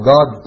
God